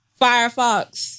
Firefox